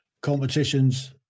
competitions